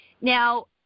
Now